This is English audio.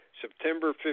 September